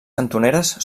cantoneres